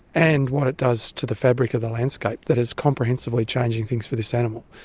and what it does to the fabric of the landscape that is comprehensively changing things for this animal.